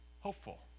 hopeful